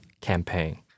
campaign